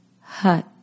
hut